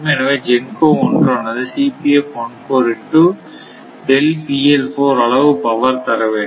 எனவே GENCO 1 ஆனது அளவு பவர் தர வேண்டும்